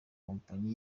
kompanyi